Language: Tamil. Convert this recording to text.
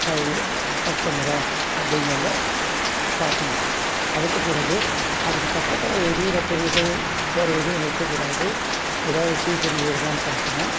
ஒர்க் பண்ணுதா அப்படிங்கிறத பார்க்கணும் அதுக்குப் பிறகு அதுக்குப் பக்கத்தி எரிகிற பொருள்கள் வேறே எதையும் வைக்கக்கூடாது எதாவது தீப்பொறி வருதான்னு பார்க்கணும்